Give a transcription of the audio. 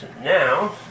Now